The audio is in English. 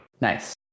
Nice